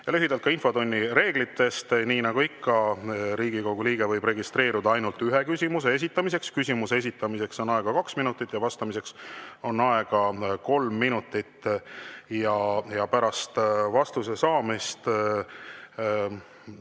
84. Lühidalt ka infotunni reeglitest. Nii nagu ikka, Riigikogu liige võib registreerida ainult ühe küsimuse. Küsimuse esitamiseks on aega kaks minutit ja vastamiseks on aega kolm minutit. Pärast vastuse saamist